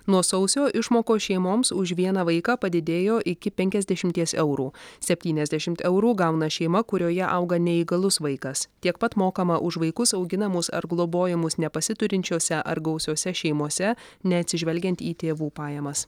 nuo sausio išmokos šeimoms už vieną vaiką padidėjo iki penkiasdešimies eurų septyniasdešim eurų gauna šeima kurioje auga neįgalus vaikas tiek pat mokama už vaikus auginamus ar globojamus nepasiturinčiose ar gausiose šeimose neatsižvelgiant į tėvų pajamas